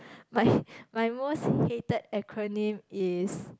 my my most hated acronym is